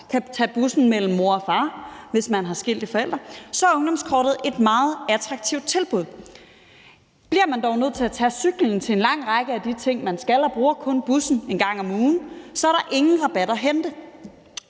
kan tage bussen mellem mor og far, hvis man har skilte forældre, så er ungdomskortet et meget attraktivt tilbud. Bliver man dog nødt til at tage cyklen til en lang række af de ting, man skal, og kun bruger bussen i gang om ugen, er der ingen rabat at hente.